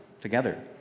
together